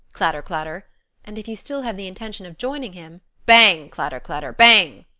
clatter, clatter and if you still have the intention of joining him bang! clatter, clatter, bang!